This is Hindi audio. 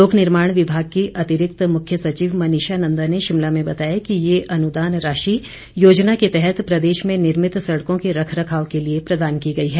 लोक निर्माण विभाग की अतिरिक्त मुख्य सचिव मनीषा नंदा ने शिमला में बताया कि ये अनुदान राशि योजना के तहत प्रदेश में निर्मित सड़कों के रखरखाव के लिए प्रदान की गई है